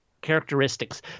characteristics